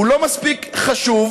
הוא לא מספיק חשוב,